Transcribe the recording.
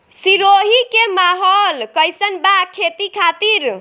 सिरोही के माहौल कईसन बा खेती खातिर?